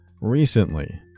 recently